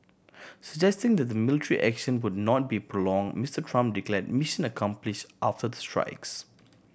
suggesting that the military action would not be prolonged Mister Trump declared mission accomplished after the strikes